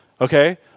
Okay